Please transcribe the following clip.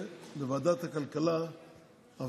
התקבלה בקריאה השנייה והשלישית ותיכנס לספר החוקים.